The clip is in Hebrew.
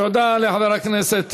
תודה לחבר הכנסת